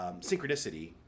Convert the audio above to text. Synchronicity